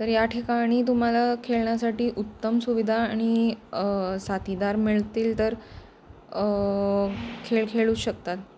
तर या ठिकाणी तुम्हाला खेळण्यासाठी उत्तम सुविधा आणि साथीदार मिळतील तर खेळ खेळू शकतात